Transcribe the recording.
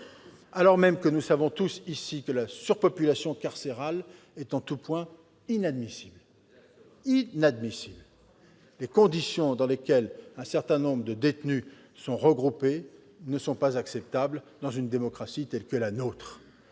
alors même que, nous le savons tous, la surpopulation carcérale est totalement inadmissible. Exactement ! Les conditions dans lesquelles un certain nombre de détenus sont regroupés ne sont pas acceptables dans une démocratie telle que la nôtre